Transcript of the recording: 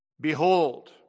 behold